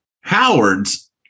Howard's